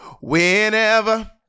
Whenever